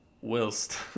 whilst